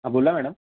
हां बोला मॅडम